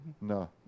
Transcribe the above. No